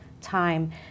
time